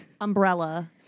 Umbrella